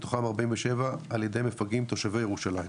מתוכם 47 ע"י מפגעים תושבי ירושלים.